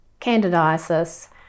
candidiasis